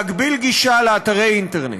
להגביל גישה לאתרי אינטרנט.